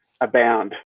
abound